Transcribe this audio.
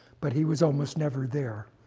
but he was almost never there,